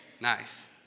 Nice